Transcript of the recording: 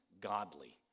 godly